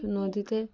নদীতে